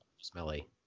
smelly